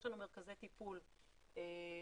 יש לנו מרכזי טיפול לעבריינים,